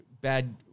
bad